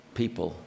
people